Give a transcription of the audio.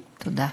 תודה.